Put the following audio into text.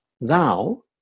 Thou